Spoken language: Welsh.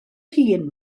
hun